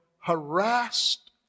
harassed